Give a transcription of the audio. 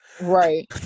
right